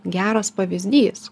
geras pavyzdys